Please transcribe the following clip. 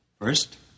First